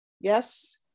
Yes